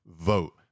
vote